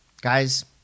guys